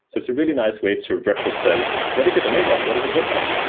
it's it's a really nice way to represent what is your domain model? what does it look like?